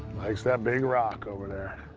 likes that big rock over there.